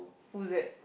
who's that